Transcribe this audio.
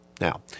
Now